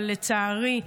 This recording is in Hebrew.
אבל לצערי,